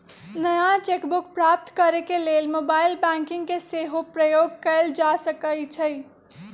नया cheque book प्राप्त करेके लेल मोबाइल बैंकिंग के सेहो प्रयोग कएल जा सकइ छइ